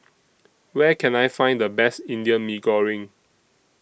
Where Can I Find The Best Indian Mee Goreng